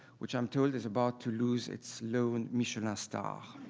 which i'm told is about to lose its low and michelin ah star.